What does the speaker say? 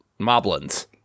moblins